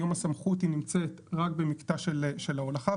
היום הסמכות נמצאת רק במקטע של ההולכה,